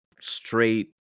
straight